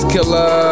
Killer